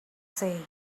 say